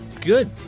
Good